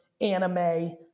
anime